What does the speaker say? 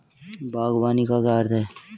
बागवानी का क्या अर्थ है?